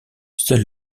seul